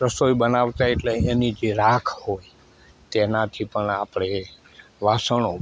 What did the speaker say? રસોઇ બનાવતાં એટલે એની જે રાખ હોય તેનાથી પણ આપણે એ વાસણો